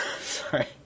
Sorry